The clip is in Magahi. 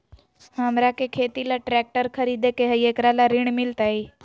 हमरा के खेती ला ट्रैक्टर खरीदे के हई, एकरा ला ऋण मिलतई?